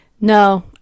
No